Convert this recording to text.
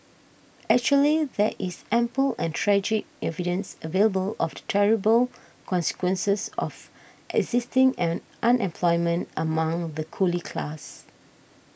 actually there is ample and tragic evidence available of the terrible consequences of existing an unemployment among the coolie class